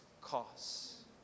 costs